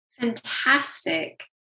Fantastic